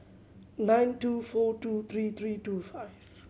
nine two four two three three two five